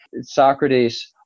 socrates